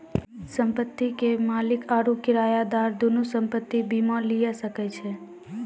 संपत्ति के मालिक आरु किरायादार दुनू संपत्ति बीमा लिये सकै छै